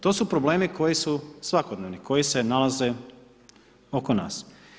To su problemi koji su svakodnevni, koji se nalaze oko nas.